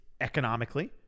economically